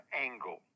angle